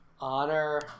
Honor